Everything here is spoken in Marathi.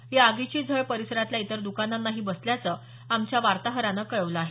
या आगीची झळ परिसरातल्या इतर दुकानांनाही बसल्याचं आमच्या वार्ताहरानं कळवलं आहे